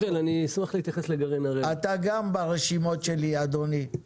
קודם כל, תודה רבה.